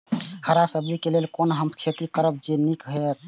हरा सब्जी के लेल कोना हम खेती करब जे नीक रहैत?